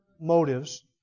motives